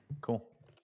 Cool